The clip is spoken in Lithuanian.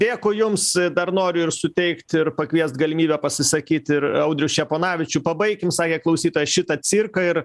dėkui jums dar noriu ir suteikt ir pakviest galimybę pasisakyt ir audrių ščeponavičių pabaikim sakė klausytojas šitą cirką ir